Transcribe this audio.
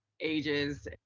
ages